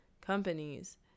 companies